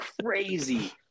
crazy